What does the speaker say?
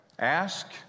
Ask